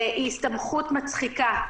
היא הסתמכות מצחיקה.